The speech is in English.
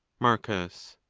marcus.